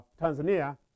Tanzania